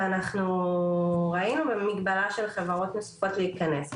ראינו מגבלה של חברות נוספות להיכנס,